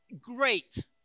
great